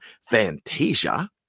Fantasia